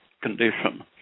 condition